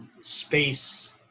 space